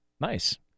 Nice